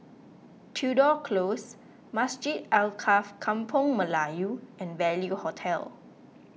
Tudor Close Masjid Alkaff Kampung Melayu and Value Hotel